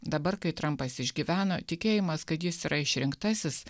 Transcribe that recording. dabar kai trumpas išgyveno tikėjimas kad jis yra išrinktasis